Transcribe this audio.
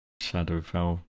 Shadowfell